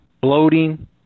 Bloating